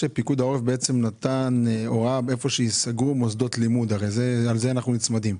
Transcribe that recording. פיקוד העורף הורה היכן ייסגרו מוסדות לימוד ולזה אנחנו נצמדים.